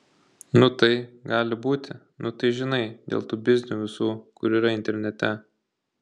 nu tai gali būti nu tai žinai dėl tų biznių visų kur yra internete